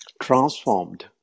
transformed